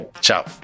Ciao